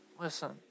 listen